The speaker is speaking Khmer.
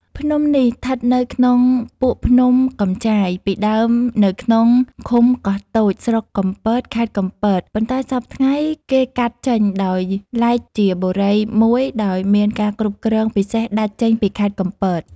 ភ្នំនេះ ឋិតនៅក្នុងពួកភ្នំកំចាយ ពីដើមនៅក្នុងឃុំកោះតូច ស្រុកកំពត ខេត្តកំពត ប៉ុន្តែសព្វថ្ងៃ គេកាត់ចេញដោយឡែកជាបុរីមួយដោយមានការគ្រប់គ្រងពិសេសដាច់ចេញពីខេត្តកំពត ។